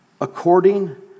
According